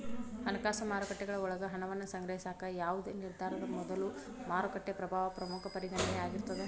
ಹಣಕಾಸು ಮಾರುಕಟ್ಟೆಗಳ ಒಳಗ ಹಣವನ್ನ ಸಂಗ್ರಹಿಸಾಕ ಯಾವ್ದ್ ನಿರ್ಧಾರದ ಮೊದಲು ಮಾರುಕಟ್ಟೆ ಪ್ರಭಾವ ಪ್ರಮುಖ ಪರಿಗಣನೆ ಆಗಿರ್ತದ